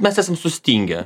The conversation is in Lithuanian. mes esam sustingę